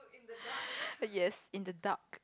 yes in the dark